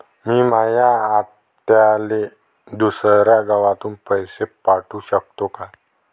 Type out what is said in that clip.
मी माया आत्याले दुसऱ्या गावातून पैसे पाठू शकतो का?